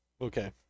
okay